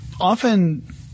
often